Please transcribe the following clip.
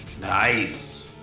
Nice